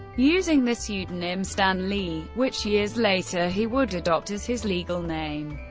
using the pseudonym stan lee, which years later he would adopt as his legal name.